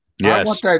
Yes